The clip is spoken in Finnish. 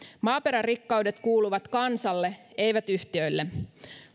maaperän rikkaudet kuuluvat kansalle eivät yhtiöille